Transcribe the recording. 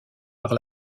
par